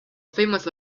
famous